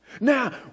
Now